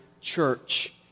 church